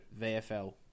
VFL